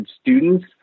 students